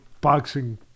boxing